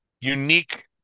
unique